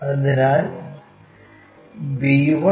അതിനാൽ b1